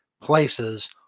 places